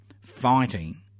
fighting